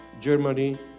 Germany